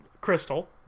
Crystal